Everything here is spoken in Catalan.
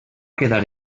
quedar